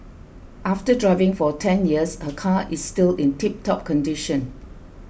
after driving for ten years her car is still in tiptop condition